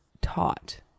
taught